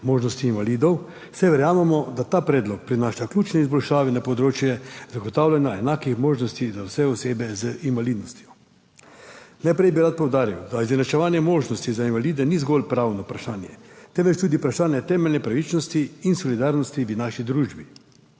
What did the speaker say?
možnosti invalidov, saj verjamemo, da ta predlog prinaša ključne izboljšave na področju zagotavljanja enakih možnosti za vse osebe z invalidnostjo. Najprej bi rad poudaril, da izenačevanje možnosti za invalide ni zgolj pravno vprašanje, temveč tudi vprašanje temeljne pravičnosti in solidarnosti v naši družbi.